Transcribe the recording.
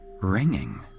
ringing